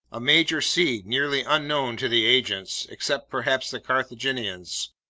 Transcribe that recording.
a major sea nearly unknown to the ancients, except perhaps the carthaginians,